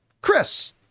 Chris